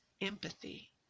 empathy